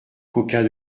qu’aucun